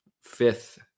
fifth